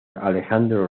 alejandro